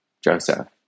Joseph